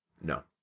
no